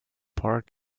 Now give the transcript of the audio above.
park